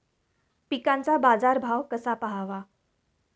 पिकांचा बाजार भाव कसा पहावा?